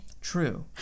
True